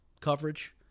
coverage